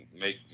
make